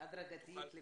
--- הדרגתית לפעמים.